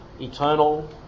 eternal